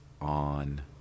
on